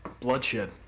Bloodshed